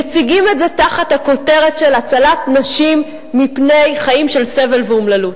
מציגים את זה תחת הכותרת של הצלת נשים מפני חיים של סבל ואומללות,